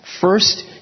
first